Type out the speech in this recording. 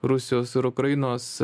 rusijos ir ukrainos